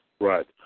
Right